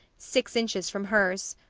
six inches from hers.